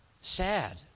sad